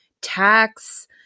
tax